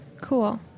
Cool